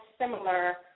similar